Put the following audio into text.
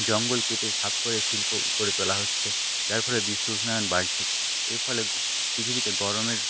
জঙ্গল কেটে সাফ করে শিল্প করে তোলা হচ্ছে যার ফলে বিশ্ব উষ্ণায়ন বাড়ছে এর ফলে পৃথিবীতে গরমের